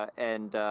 and